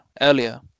earlier